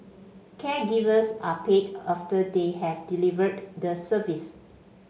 caregivers are paid after they have delivered the service